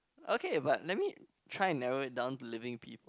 okay but let me try and narrow it down to living people